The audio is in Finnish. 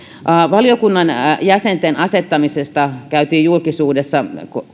valiokunnan jäsenten asettamisesta käytiin julkisuudessa